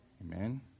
amen